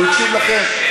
אבל הוא הקשיב לכם,